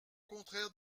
contraire